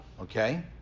okay